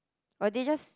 or they just